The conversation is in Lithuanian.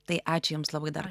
tai ačiū jiems labai dar